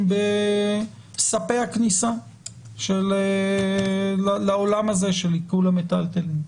בסף הכניסה לעולם הזה של עיקול המיטלטלין.